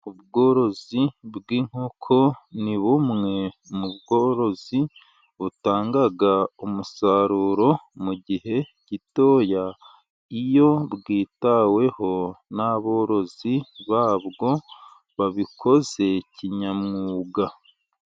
Ubworozi bw'inkoko ni bumwe mu bworozi butanga umusaruro mu gihe gitoya, iyo bwitaweho n'aborozi babwo babikoze kinyamwuga.